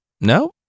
No